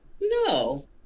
no